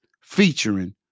featuring